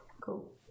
Cool